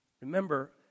Remember